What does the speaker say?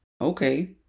Okay